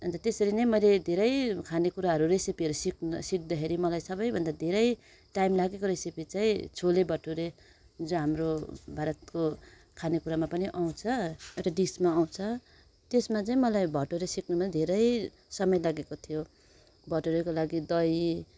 अन्त त्यसरी नै मैले धेरै खानेकुराहरू रेसिपीहरू सिक् सिक्दाखेरि मलाई सबैभन्दा धेरै टाइम लागेको रेसिपी चाहिँ छोले भटोरे जो हाम्रो भारतको खानेकुरामा पनि आउँछ एउटा डिसमा आउँछ त्यसमा चाहिँ मलाई भटोरे सिक्नु धेरै समय लागेको थियो भटोरेको लागि दही